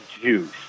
juice